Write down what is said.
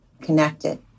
connected